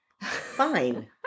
Fine